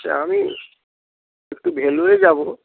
আচ্ছা আমি একটু ভেলোরে যাবো